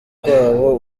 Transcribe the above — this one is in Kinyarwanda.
kwabo